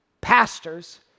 pastors